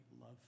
love